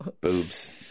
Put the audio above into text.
Boobs